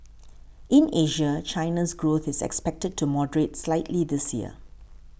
in Asia China's growth is expected to moderate slightly this year